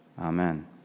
Amen